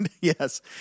Yes